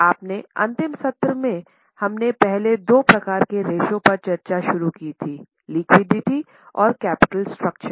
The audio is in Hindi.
अपने अंतिम सत्र में हमने पहले दो प्रकार के रेश्यो पर चर्चा शुरू की है लिक्विडिटी और कैपिटल स्ट्रक्चर